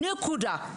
נקודה,